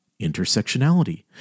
intersectionality